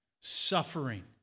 Suffering